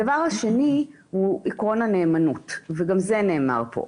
הדבר השני הוא עקרון הנאמנות וגם זה נאמר כאן.